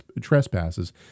trespasses